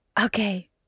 Okay